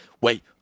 wait